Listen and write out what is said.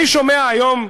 אני שומע היום,